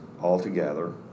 altogether